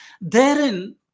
Therein